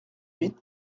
huit